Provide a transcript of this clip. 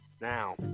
now